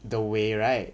the 伟 right